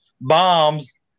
bombs